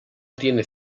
tiene